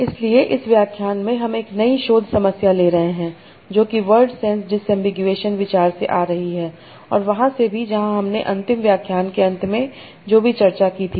इसलिए इस व्याख्यान में हम एक नई शोध समस्या ले रहे हैं जो कि वर्ड सेंस दिसंबीगुएसन विचार से ही आ रही है और वहां से भी जहां हमने अंतिम व्याख्यान के अंत में जो भी चर्चा की थी